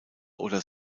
oder